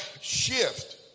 shift